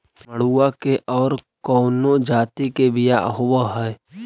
मडूया के और कौनो जाति के बियाह होव हैं?